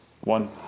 one